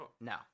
No